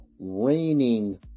Raining